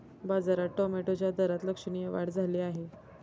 बाजारात टोमॅटोच्या दरात लक्षणीय वाढ झाली आहे